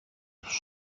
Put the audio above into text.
στους